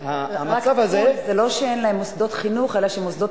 זה לא שאין להם מוסדות חינוך אלא שמוסדות